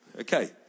okay